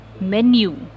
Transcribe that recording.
menu